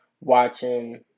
watching